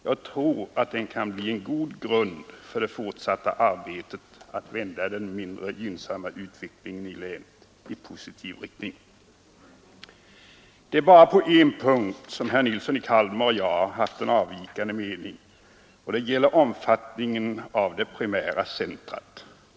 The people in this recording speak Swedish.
Jag tror att den kan bli en god grund för det fortsatta arbetet att vända den mindre gynnsamma utvecklingen inom länet i positiv riktning. Det är bara på en punkt som herr Nilsson i Kalmar och jag haft en avvikande mening, och det gäller omfattningen av länets primära centrum.